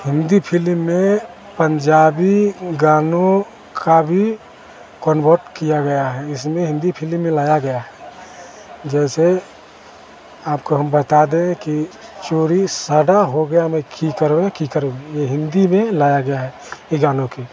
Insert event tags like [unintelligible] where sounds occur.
Hindi film में पंजाबी गानों को भी कन्वर्ट किया गया है इसमें हिन्दी फिलिम में लाया गया है जैसे आपको हम बता दें कि चोरी साडा हो गया मैं की कराँ की कराँ यह हिन्दी में लाया गया है [unintelligible] गानों की